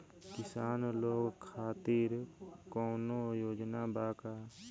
किसान लोग खातिर कौनों योजना बा का?